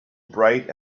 bright